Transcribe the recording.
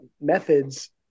methods